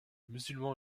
musulman